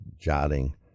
jotting